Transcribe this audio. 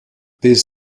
these